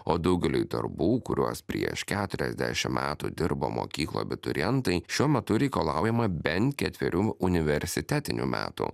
o daugeliui darbų kuriuos prieš keturiasdešim metų dirbo mokyklų abiturientai šiuo metu reikalaujama bent ketverių universitetinių metų